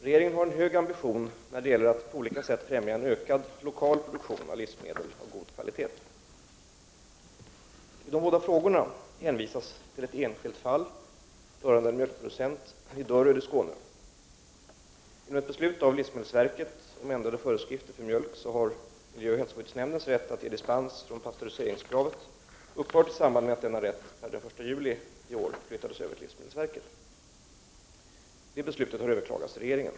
Regeringen har en hög ambition när det gäller att på olika sätt främja en ökad lokal produktion av livsmedel av god kvalitet. I båda frågorna hänvisas till ett enskilt fall rörande en mjölkproducent i Dörröd i Skåne. Genom ett beslut av livsmedelsverket om ändrade föreskrifter för mjölk har miljöoch hälsoskyddsnämndens rätt att ge dispens från pastöriseringskravet upphört i samband med att denna rätt per den 1 juli 1989 flyttades över till livsmedelsverket. Beslutet har överklagats till regeringen.